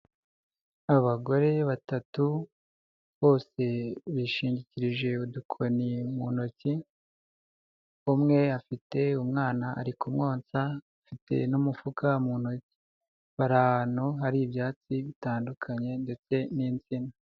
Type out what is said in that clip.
Abagore batatu bose bishingikirije udukoni mu ntoki, umwe afite umwana ari kumwonsa afite n'umufuka mu ntoki, bari ahantu hari ibyatsi bitandukanye ndetse n'insina.